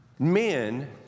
men